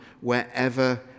wherever